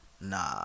Nah